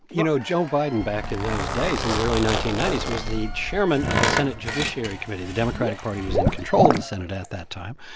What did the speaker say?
you know, joe biden back in those days, in and the early nineteen ninety s, was the chairman of the senate judiciary committee. the democratic party was in control of the senate at that time.